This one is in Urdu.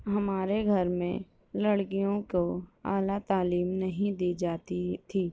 ہمارے گھر میں لڑکیوں کو اعلیٰ تعلیم نہیں دی جاتی تھی